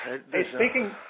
Speaking